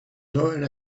lower